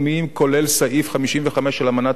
כולל סעיף 55 של אמנת האו"ם,